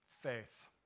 faith